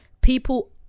people